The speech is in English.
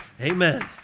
Amen